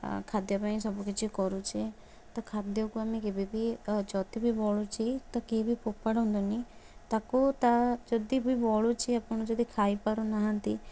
ଖାଦ୍ଯ ପାଇଁ ସବୁ କିଛି କରୁଛେ ତ ଖାଦ୍ଯ କୁ ଆମେ କେବେ ବି ଯଦି ବି ବଳୁଛି ତ କେହି ବି ଫୋପାଡ଼ନ୍ତୁନି ତାକୁ ତା ଯଦି ବି ବଳୁଛି ଆମେ ଯଦି ଖାଇ ପାରୁନାହାନ୍ତି